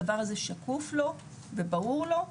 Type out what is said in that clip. הדבר הזה שקוף לו וברור לו,